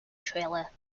trailer